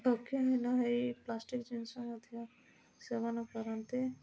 ଭକ୍ଷହୀନ ହେଇ ପ୍ଲାଷ୍ଟିକ୍ ଜିନିଷ ମଧ୍ୟ ସେବନ କରନ୍ତି